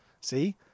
See